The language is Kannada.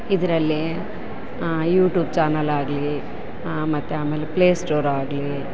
ಇದರಲ್ಲಿ ಯೂಟ್ಯೂಬ್ ಚಾನಲ್ ಆಗಲಿ ಮತ್ತು ಆಮೇಲೆ ಪ್ಲೇಸ್ಟೋರಾಗಲಿ